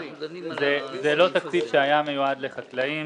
זה לא תקציב שהיה מיועד לחקלאים.